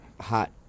hot